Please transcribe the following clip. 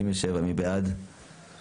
3. מי נגד?